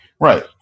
right